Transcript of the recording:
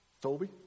Toby